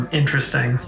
interesting